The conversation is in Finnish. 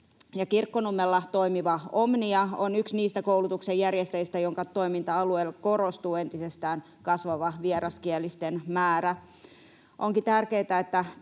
Kirkkonummella toimiva Omnia on yksi niistä koulutuksen järjestäjistä, jonka toiminta-alueella korostuu entisestään kasvava vieraskielisten määrä. Onkin tärkeätä, että